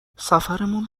سفرمون